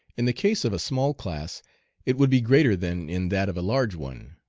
in the case of a small class it would be greater than in that of a large one.